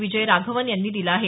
विजय राघवन यांनी दिला आहे